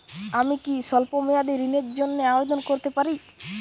আমি কি স্বল্প মেয়াদি ঋণের জন্যে আবেদন করতে পারি?